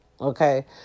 Okay